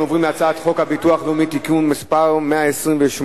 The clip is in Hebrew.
אנחנו עוברים להצעת חוק הביטוח הלאומי (תיקון מס' 128),